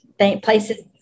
Places